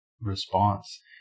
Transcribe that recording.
response